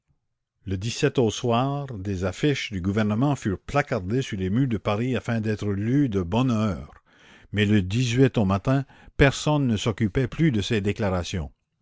e au soir des affiches du gouvernement furent placardées sur les murs de paris afin d'être lues de bonne heure mais le au matin personne ne s'occupait plus de ses déclarations